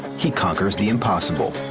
he conquers the impossible.